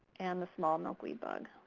and the small milkweed bug.